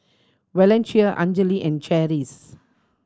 Valencia Anjali and Cherise